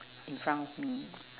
in front of me